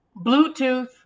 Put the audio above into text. bluetooth